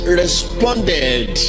responded